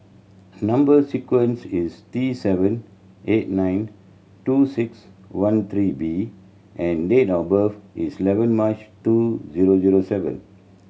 number sequence is T seven eight nine two six one three B and date of birth is eleven March two zero zero seven